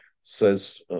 says